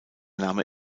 name